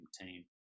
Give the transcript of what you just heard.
team